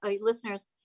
listeners